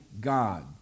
God